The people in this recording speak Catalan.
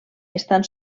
estan